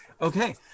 Okay